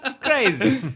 Crazy